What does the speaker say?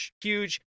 huge